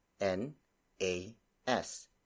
N-A-S